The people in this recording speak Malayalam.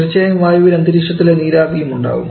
തീർച്ചയായും വായുവിൽ അന്തരീക്ഷത്തിലെ നീരാവിയും ഉണ്ടാവും